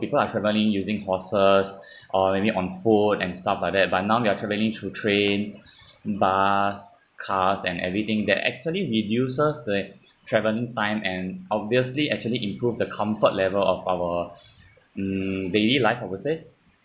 people are traveling using horses uh maybe on foot and stuff like that but now we are traveling through trains bus cars and everything that actually reduces the travelling time and obviously actually improve the comfort level of our hmm daily life I would say